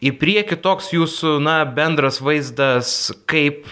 į priekį toks jūsų na bendras vaizdas kaip